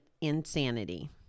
insanity